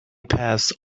passed